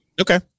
Okay